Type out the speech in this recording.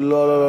אתה לא